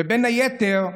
בין היתר,